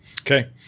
Okay